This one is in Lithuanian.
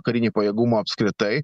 karinį pajėgumą apskritai